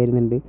വരുന്നുണ്ട്